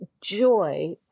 joy